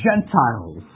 Gentiles